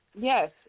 Yes